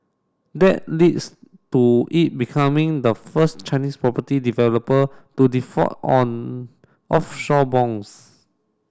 that leads to it becoming the first Chinese property developer to default on offshore bonds